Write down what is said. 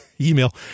email